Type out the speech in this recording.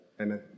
Amen